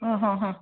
ಹ್ಞೂ ಹ್ಞೂ ಹ್ಞೂ